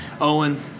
Owen